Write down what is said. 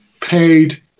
paid